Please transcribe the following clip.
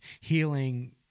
healing